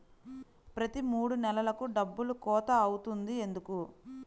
ప్రతి మూడు నెలలకు డబ్బులు కోత అవుతుంది ఎందుకు?